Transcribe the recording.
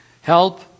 Help